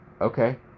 okay